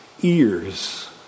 ears